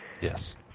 Yes